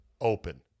Open